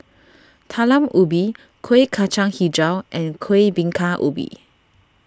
Talam Ubi Kuih Kacang HiJau and Kuih Bingka Ubi